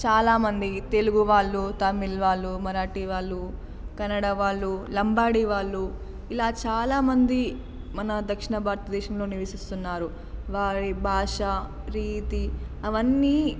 చాలామంది తెలుగు వాళ్ళు తమిళ్ వాళ్ళు మరాఠీ వాళ్ళు కన్నడ వాళ్ళు లంబాడి వాళ్ళు ఇలా చాలామంది మన దక్షిణ భారతదేశంలో నివసిస్తున్నారు వారి భాష ప్రీతి అవన్నీ